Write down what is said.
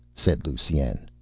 said lusine.